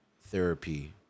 therapy